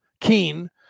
Keen